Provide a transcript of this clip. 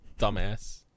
dumbass